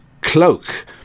cloak